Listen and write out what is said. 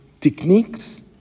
techniques